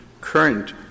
current